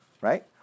right